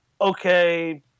okay